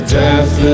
death